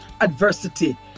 adversity